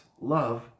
love